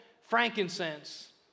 frankincense